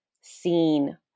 seen